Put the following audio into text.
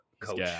coach